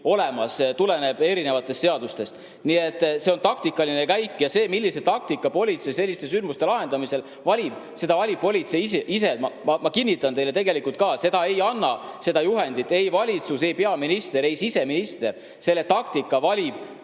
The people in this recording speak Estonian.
olemas, see tuleneb erinevatest seadustest. Nii et see on taktikaline käik ja seda, millise taktika politsei selliste sündmuste lahendamisel valib, otsustab politsei ise. Ma kinnitan teile, tõesti, seda juhendit ei anna ei valitsus, peaminister ega siseminister. Selle taktika valib